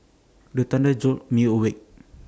the thunder jolt me awake